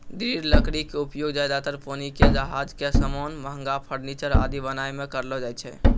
दृढ़ लकड़ी के उपयोग ज्यादातर पानी के जहाज के सामान, महंगा फर्नीचर आदि बनाय मॅ करलो जाय छै